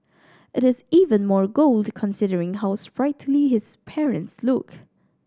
it is even more gold considering how sprightly his parents look